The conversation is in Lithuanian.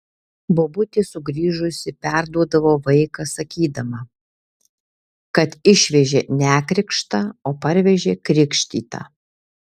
bobutė sugrįžusi perduodavo vaiką sakydama kad išvežė nekrikštą o parvežė krikštytą